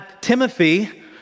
Timothy